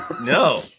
no